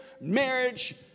marriage